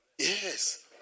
Yes